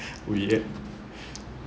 weird